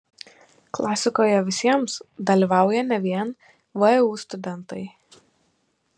klasikoje visiems dalyvauja ne vien vu studentai